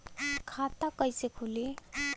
खाता कईसे खुली?